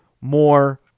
more